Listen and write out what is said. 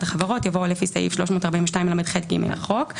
החברות" יבוא "או לפי סעיף 342לח(ג) לחוק".